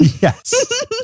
Yes